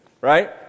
right